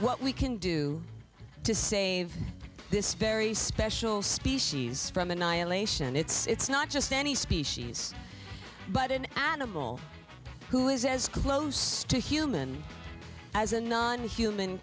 what we can do to save this very special species from annihilation its not just any species but an animal who is as close to human as a non human